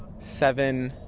seven,